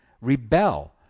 rebel